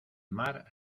mar